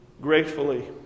gratefully